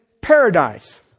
paradise